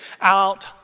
out